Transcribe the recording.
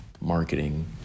marketing